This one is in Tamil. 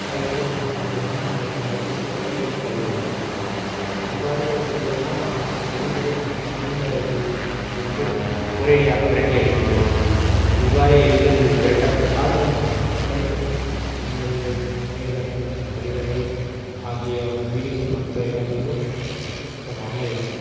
ஆகையால் நாம் எலி மருந்துகளை பயன்படுத்திட்டு கைகளை கழுவ வேண்டும் இவ்வாறு செய்வதனால் நாம் எலிகளை சமையல் அறைக்குள் இருந்து ஒரேடியாக விரட்டி அடிக்க முடியும் இவ்வாறு எலிகள் விரட்டப்பட்டால் நம் கழி நமது சமையல் அறை மற்றும் கழிவறை ஆகிய வீடுகளில் மற்ற இடங்களிலும் சுத்தமாக இருக்கும்